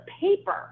paper